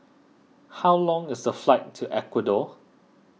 how long is the flight to Ecuador